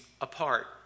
apart